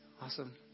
Awesome